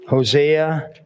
Hosea